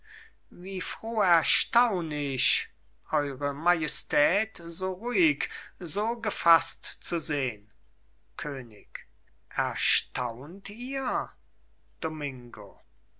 wie froh erstaun ich eure majestät so ruhig so gefaßt zu sehn könig erstaunt ihr domingo